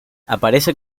aparece